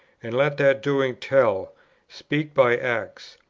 and let that doing tell speak by acts.